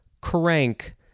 crank